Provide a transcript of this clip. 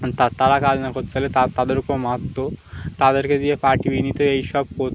তারা কাজ না করতে পারলে তা তাদেরকেও মারতো তাদেরকে দিয়ে পা টিপিয়ে নিত এইসব করতে